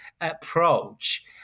approach